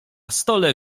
stole